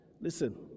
listen